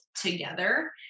together